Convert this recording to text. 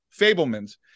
Fableman's